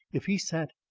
if he sat,